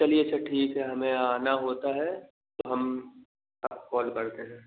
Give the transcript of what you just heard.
चलिए अच्छा ठीक है हमें आना होता है तो हम आपको कॉल करते हैं